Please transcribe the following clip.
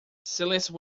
celeste